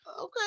okay